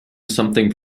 something